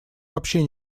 вообще